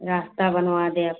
रास्ता बनवा देव